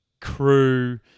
crew